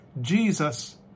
Jesus